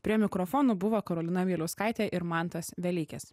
prie mikrofonų buvo karolina miliauskaitė ir mantas velykis